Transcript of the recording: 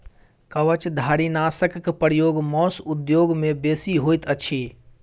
कवचधारीनाशकक प्रयोग मौस उद्योग मे बेसी होइत अछि